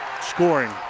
scoring